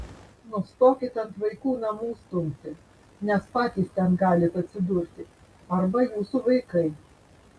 nustokit ant vaikų namų stumti nes patys ten galit atsidurti arba jūsų vaikai